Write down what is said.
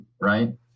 right